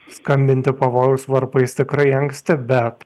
skambinti pavojaus varpais tikrai anksti bet